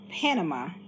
Panama